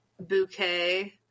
bouquet